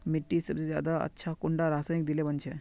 मिट्टी सबसे ज्यादा अच्छा कुंडा रासायनिक दिले बन छै?